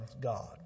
God